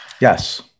Yes